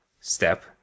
Step